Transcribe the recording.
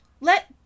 let